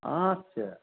आस्सा